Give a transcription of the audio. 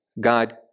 God